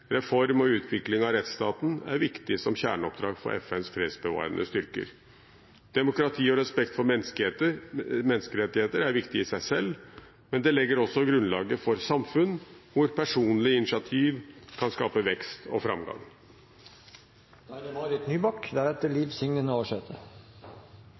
reform og utvikling av rettsstaten er viktig som et kjerneoppdrag for FNs fredsbevarende styrker. Demokrati og respekt for menneskerettigheter er viktig i seg selv, men det legger også grunnlaget for samfunn hvor personlig initiativ kan skape vekst og